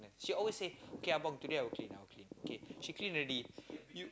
she always say okay abang today I'll clean I'll clean okay she clean already you